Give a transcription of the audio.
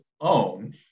own